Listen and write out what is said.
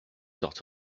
dot